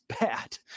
bad